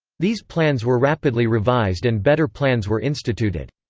these plans were rapidly revised and better plans were instituted.